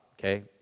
okay